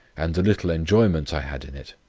and the little enjoyment i had in it,